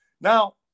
now